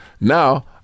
Now